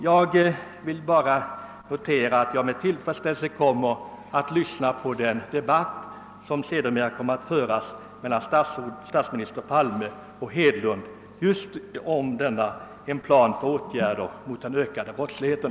Jag vill bara notera att jag med intresse kommer att lyssna på den debatt som senare skall föras mellan statsminister Palme och herr Hedlund om just en plan för åtgärder mot den ökande brottsligheten.